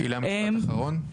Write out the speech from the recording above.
הילה, משפט אחרון.